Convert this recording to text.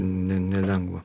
ne nelengva